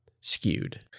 skewed